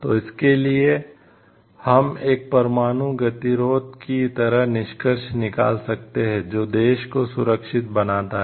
तो इसके लिए हम एक परमाणु गतिरोध की तरह निष्कर्ष निकाल सकते हैं जो देश को सुरक्षित बनाता है